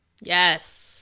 Yes